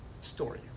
story